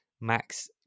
Max